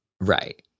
Right